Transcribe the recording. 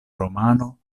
romano